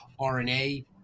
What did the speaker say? RNA